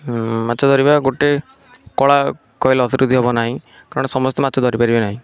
ହୁଁ ମାଛ ଧରିବା ଗୋଟିଏ କଳା କହିଲେ ହେବ ନାହିଁ କାରଣ ସମସ୍ତେ ମାଛ ଧରି ପାରିବେ ନାହିଁ